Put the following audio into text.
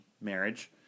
marriage